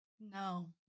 No